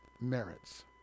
merits